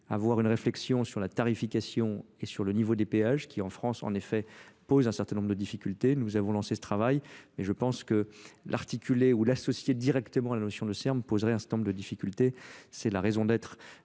avoir une réflexion sur la tarification et sur le niveau des péages qui, en France, en effet, posent un certain nombre de difficultés. Nous avons lancé ce travail, mais je pense que l'articuler ou l'associer directement à la notion de Serbo serait un certain nombre de difficultés, c'est la raison d'être